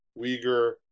Uyghur